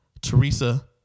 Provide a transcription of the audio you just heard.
Teresa